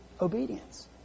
obedience